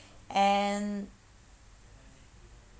and